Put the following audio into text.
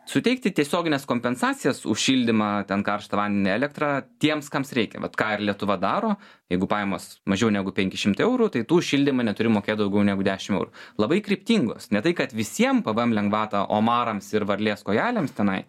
suteikti tiesiogines kompensacijas už šildymą karštą vandenį elektrą tiems kams reikia vat ką ir lietuva daro jeigu pajamos mažiau negu penki šimtai eurų tai tu už šildymą neturi mokėt daugiau negu dešim eurų labai kryptingos ne tai kad visiem pvm lengvatą omarams ir varlės kojelėms tenai